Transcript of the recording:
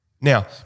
Now